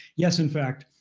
yes, in fact,